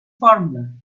formula